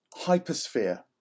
hypersphere